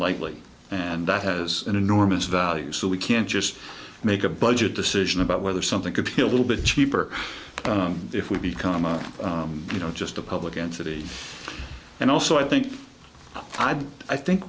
lightly and that has an enormous value so we can't just make a budget decision about whether something could be a little bit cheaper if we become a you know just a public entity and also i think i